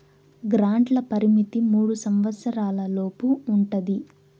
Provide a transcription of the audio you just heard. గ్రాంట్ల పరిమితి మూడు సంవచ్చరాల లోపు ఉంటది